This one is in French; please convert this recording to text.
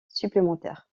supplémentaires